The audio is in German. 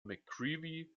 mccreevy